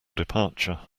departure